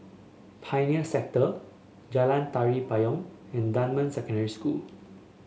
Pioneer Sector Jalan Tari Payong and Dunman Secondary School